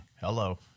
Hello